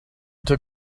took